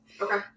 Okay